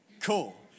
Cool